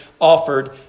offered